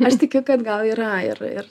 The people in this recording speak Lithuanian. aš tikiu kad gal yra ir ir